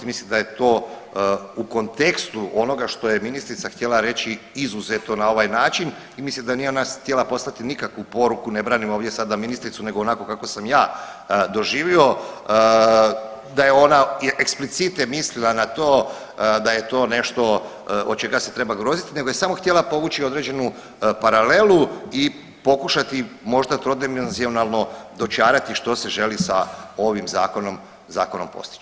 Mislim da je to u kontekstu onoga što je ministrica htjela reći izuzeto na ovaj način i mislim da ona nije htjela poslati nikakvu poruku, ne branim ovdje sada ministricu nego onako kako sam ja doživio da je ona eksplicite mislila na to da je to nešto od čega se treba grozit, nego je samo htjela povući određenu paralelu i pokušati možda trodimenzionalno dočarati što se želi sa ovim zakonom postići.